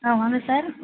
ஆ வாங்க சார்